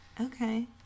Okay